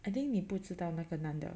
I think 你不知道那个男的